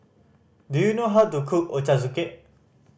do you know how to cook Ochazuke